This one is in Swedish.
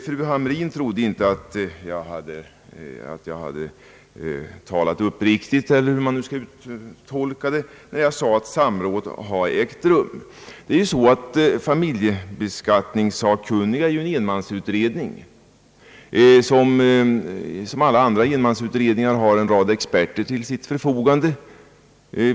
Fru Hamrin-Thorell trodde inte att jag talade uppriktigt, när jag sade att samråd hade ägt rum med familjeskatteberedningen, som i likhet med alla andra enmansutredningar har en rad experter till sitt förfogande.